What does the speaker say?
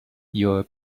your